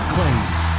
Claims